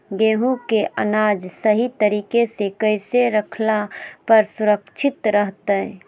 गेहूं के अनाज सही तरीका से कैसे रखला पर सुरक्षित रहतय?